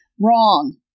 wrong